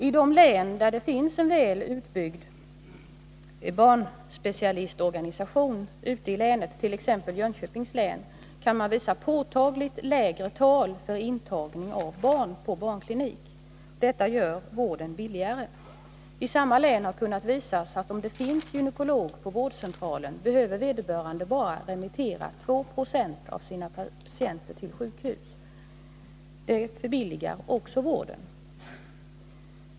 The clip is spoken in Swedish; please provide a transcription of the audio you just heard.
I de län där det finns en väl utbyggd barnspecialistorganisation, t.ex. Jönköpings län, kan man visa påtagligt lägre tal när det gäller intagning av barn på barnklinik. Detta gör vården billigare. I samma län har det kunnat visas, att om det finns gynekolog på vårdcentralen, behöver vederbörande bara remittera 2 90 av sina patienter till sjukhus. Det förbilligar också vården.